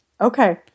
Okay